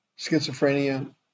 schizophrenia